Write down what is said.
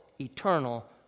eternal